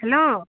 hello